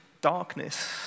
darkness